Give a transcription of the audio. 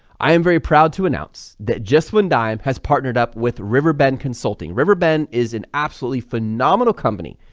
i am very proud to announce that just when dime has partnered up with riverbend consulting. riverbend is an absolutely phenomenal company,